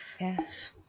Yes